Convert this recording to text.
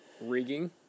Rigging